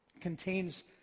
contains